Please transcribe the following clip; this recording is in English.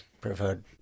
preferred